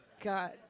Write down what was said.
God